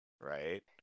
right